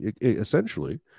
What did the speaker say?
essentially